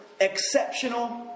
exceptional